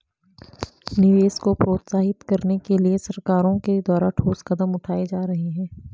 निवेश को प्रोत्साहित करने के लिए सरकारों के द्वारा ठोस कदम उठाए जा रहे हैं